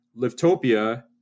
Liftopia